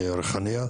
ריחאניה.